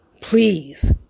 Please